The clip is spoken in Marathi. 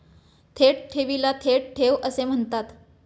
थेट ठेवीला थेट ठेव असे म्हणतात